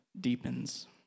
deepens